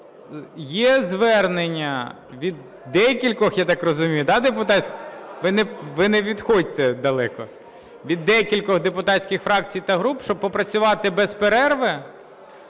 далеко – від декількох депутатських фракцій та груп, щоб попрацювати без перерви.